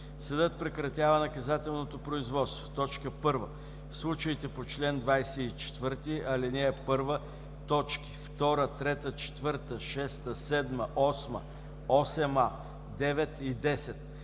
Съдът прекратява наказателното производство: 1. в случаите по чл. 24, ал. 1, т. 2, 3, 4, 6, 7, 8, 8а, 9 и 10,